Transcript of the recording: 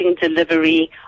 delivery